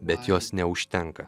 bet jos neužtenka